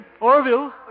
Orville